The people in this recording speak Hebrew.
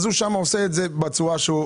הוא עושה את זה שם בצורה יזומה.